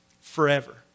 forever